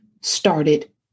started